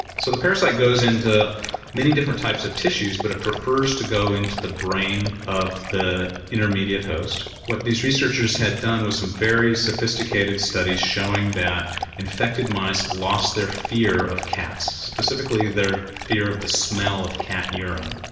so the parasite goes into many different types of tissues but it prefers to go into the brain of the intermediate host. what these researchers had done was some very sophisticated studies showing that infected mice lost their fear of cats. specifically their fear of the smell of cat urine.